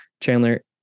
Chandler